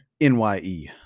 NYE